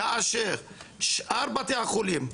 כאשר שאר בתי החולים,